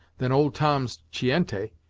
than old tom's chiente,